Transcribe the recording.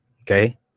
Okay